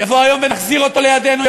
יבוא היום ונחזיר אותו לידינו,